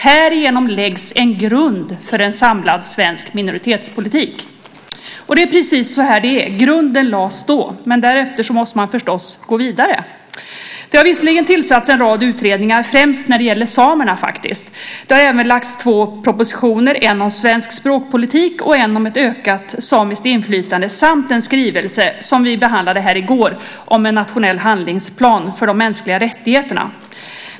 Härigenom läggs en grund för en samlad svensk minoritetspolitik. Det är precis så det är. Grunden lades då. Därefter måste man förstås gå vidare. Det har visserligen tillsatts en rad utredningar, främst när det gäller samerna. Det har även lagts fram två propositioner, en om svensk språkpolitik och en om ett ökat samiskt inflytande samt en skrivelse som vi behandlade här i går om en nationell handlingsplan för de mänskliga rättigheterna.